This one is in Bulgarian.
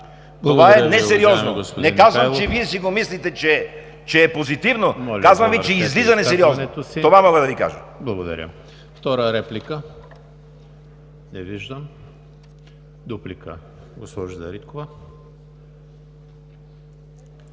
Това е несериозно! Не казвам, че Вие си го мислите, че е позитивно, казвам Ви, че излиза несериозно. Това мога да Ви кажа.